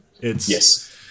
Yes